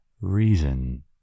reason